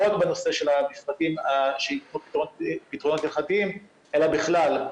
לא רק בנושא של מפרטים שיתנו פתרונות הלכתיים אלא בכלל.